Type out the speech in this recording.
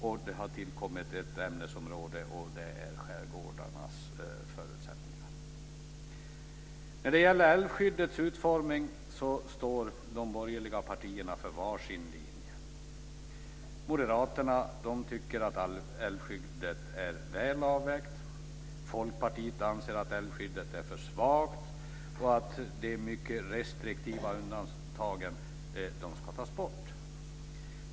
Och det har tillkommit ett ämnesområde, nämligen skärgårdens förutsättningar. När det gäller älvskyddets utformning står de borgerliga partierna för var sin linje. Moderaterna tycker att älvskyddet är väl avvägt. Folkpartiet anser att älvskyddet är för svagt och att de mycket restriktiva undantagen ska tas bort.